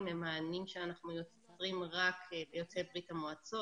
הם מענים שאנחנו יוצרים רק ליוצאי ברית המועצות.